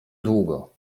długo